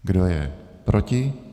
Kdo je proti?